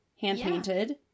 hand-painted